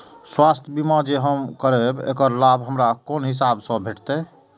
स्वास्थ्य बीमा जे हम करेब ऐकर लाभ हमरा कोन हिसाब से भेटतै?